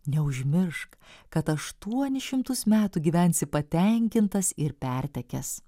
neužmiršk kad aštuonis šimtus metų gyvensi patenkintas ir pertekęs